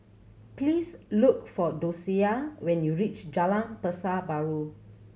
please look for Dosia when you reach Jalan Pasar Baru